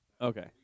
Okay